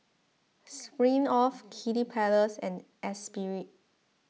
Smirnoff Kiddy Palace and Espirit